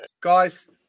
guys